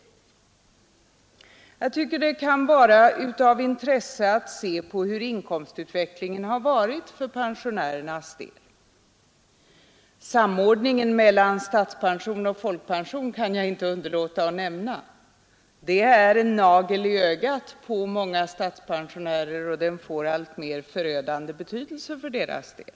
Jag tycker det kan vara av intresse att se på hur inkomstutvecklingen har varit för pensionärerna. Samordningen mellan statspension och folkpension kan jag inte underlåta att nämna. Den är en nagel i ögat på många statspensionärer och får alltmer förödande betydelse för deras del.